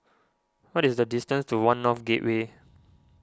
what is the distance to one North Gateway